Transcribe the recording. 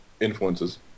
influences